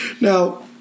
Now